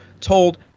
told